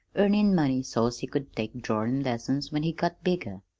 earnin' money so's he could take drawin' lessons when he got bigger.